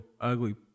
ugly